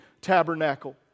tabernacle